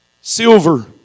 silver